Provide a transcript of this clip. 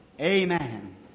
amen